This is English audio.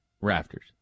rafters